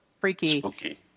freaky